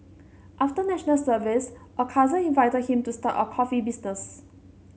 after National Service a cousin invited him to start a coffee business